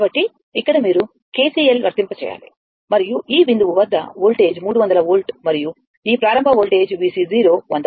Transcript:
కాబట్టి ఇక్కడ మీరు కెసిఎల్ వర్తింప చేయాలి మరియు ఈ బిందువు వద్ద వోల్టేజ్ 300 వోల్ట్ మరియు ఈ ప్రారంభ వోల్టేజ్ VC100 వోల్ట్ అవుతుంది